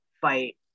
fight